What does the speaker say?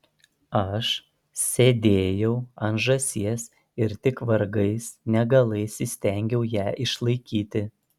aš sėdėjau ant žąsies ir tik vargais negalais įstengiau ją išlaikyti